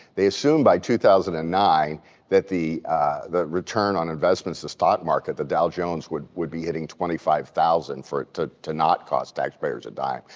they assumed by two thousand and nine that the the return on investments the stock market, the dow jones would would be hitting twenty five thousand to to not cost taxpayers a dime.